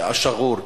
שגור,